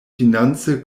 finance